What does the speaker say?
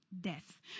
death